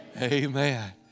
Amen